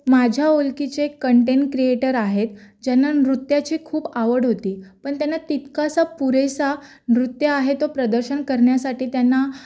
माझ्या ओळखीचे content creator आहेत ज्यांना नृत्याची खूप आवड होती पण त्यांना तितकासा पुरेसा नृत्य आहे तो प्रदर्शन करण्यासाठी त्यांना